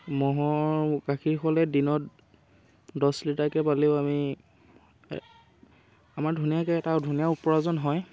ম'হৰ গাখীৰ হ'লে দিনত দছ লিটাৰকে পালেও আমি আমাৰ ধুনীয়াকে এটা ধুনীয়া উপাৰ্জন হয়